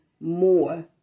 more